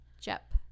Jep